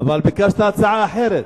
אבל זה לא העניין,